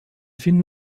finden